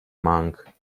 monk